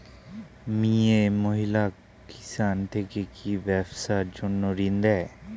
মিয়ে মহিলা কিষান থেকে কি ব্যবসার জন্য ঋন দেয়?